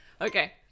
Okay